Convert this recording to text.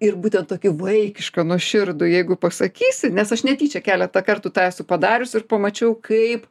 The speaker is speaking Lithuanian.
ir būtent tokį vaikišką nuoširdų jeigu pasakysi nes aš netyčia keletą kartų tą esu padariusi ir pamačiau kaip